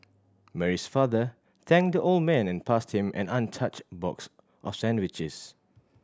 Mary's father thanked the old man and passed him an untouched box of sandwiches